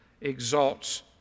exalts